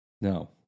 No